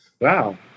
Wow